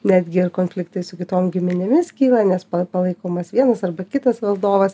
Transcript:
netgi ir konfliktai su kitom giminėmis kyla nes palaikomas vienas arba kitas valdovas